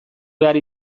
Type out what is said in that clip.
behar